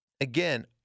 again